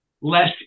less